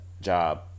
job